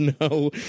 no